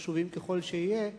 חשובים ככל שיהיו?